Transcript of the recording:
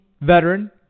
veteran